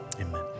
Amen